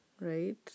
right